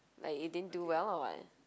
like you didn't do well or [what]